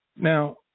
Now